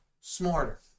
smarter